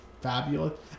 fabulous